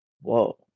whoa